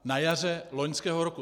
Na jaře loňského roku!